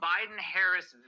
Biden-Harris